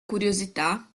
curiosità